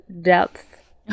depth